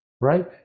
right